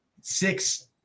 six